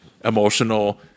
emotional